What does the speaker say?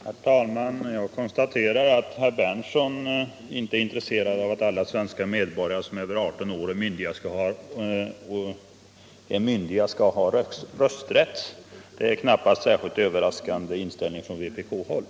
Herr talman! Jag konstaterar att herr Berndtson inte är intresserad av att alla svenska medborgare som är över 18 år och är myndiga skall ha rösträtt. Det är knappast en särskilt överraskande inställning från vpk-håll.